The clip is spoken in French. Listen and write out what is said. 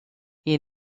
ils